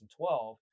2012